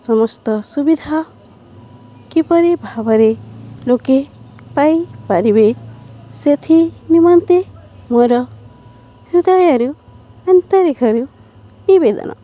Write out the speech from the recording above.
ସମସ୍ତ ସୁବିଧା କିପରି ଭାବରେ ଲୋକେ ପାଇପାରିବେ ସେଥି ନିମନ୍ତେ ମୋର ହୃଦୟରୁ ଆନ୍ତରିକ୍ଷରୁ ନିବେଦନ